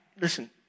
Listen